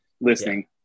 listening